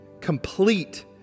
complete